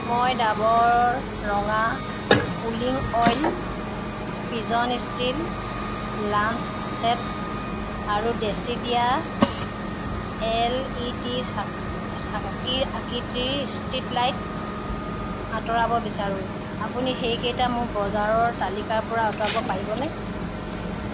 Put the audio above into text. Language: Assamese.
মই ডাবৰ ৰঙা pulling oil Pigeon steel lunch set আৰু দেশীদিয়া এল ই ডি ৰ চাকিৰ আকৃতিৰ ষ্ট্ৰিং লাইট আঁতৰাব বিচাৰোঁ আপুনি সেইকেইটা মোৰ বজাৰৰ তালিকাৰ পৰা আঁতৰাব পাৰিবনে